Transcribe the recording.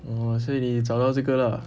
哦所以你找到这个啦